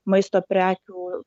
maisto prekių